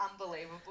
unbelievable